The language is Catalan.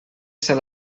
ser